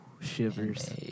Shivers